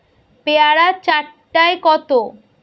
পেয়ারা চার টায় কত?